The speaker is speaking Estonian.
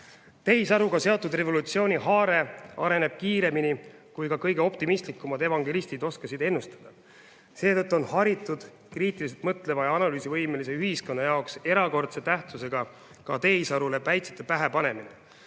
Tehisaruga seotud revolutsiooni haare areneb kiiremini, kui ka kõige optimistlikumad evangelistid oskasid ennustada. Seetõttu on haritud, kriitiliselt mõtleva ja analüüsivõimelise ühiskonna jaoks erakordse tähtsusega ka tehisarule päitsete pähe panemine.